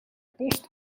post